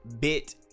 bit